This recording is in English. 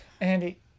Andy